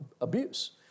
abuse